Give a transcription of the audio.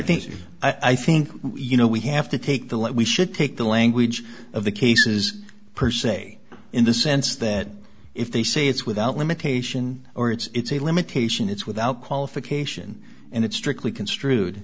think i think you know we have to take the lead we should take the language of the cases per se in the sense that if they say it's without limitation or it's a limitation it's without qualification and it's strictly construed